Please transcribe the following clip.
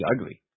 ugly